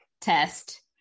test